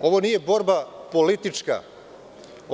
ovo nije politička borba.